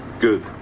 Good